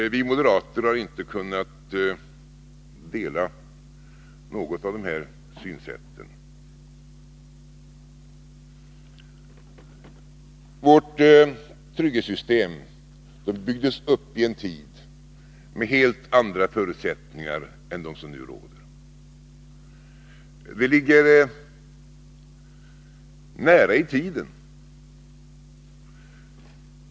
Vi moderater har inte kunnat dela något av dessa synsätt. Vårt trygghetssystem byggdes upp i en tid med helt andra förutsättningar än de som nu råder. Den tiden är inte avlägsen.